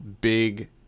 big